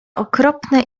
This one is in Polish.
okropne